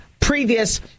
Previous